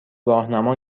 راهنما